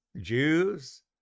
Jews